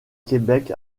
québec